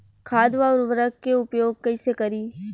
खाद व उर्वरक के उपयोग कईसे करी?